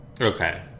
Okay